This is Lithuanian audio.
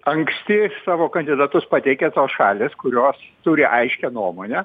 anksti savo kandidatus pateikia tos šalys kurios turi aiškią nuomonę